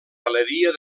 galeria